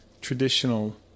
traditional